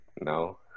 no